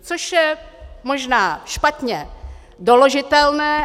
Což je možná špatně doložitelné.